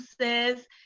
says